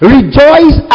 Rejoice